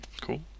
cool